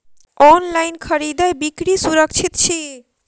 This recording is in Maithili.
ऑनलाइन खरीदै बिक्री सुरक्षित छी